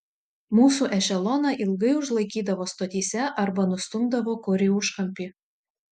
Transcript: mūsų ešeloną ilgai užlaikydavo stotyse arba nustumdavo kur į užkampį